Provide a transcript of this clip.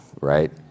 right